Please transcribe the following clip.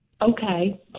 Okay